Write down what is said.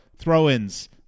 throw-ins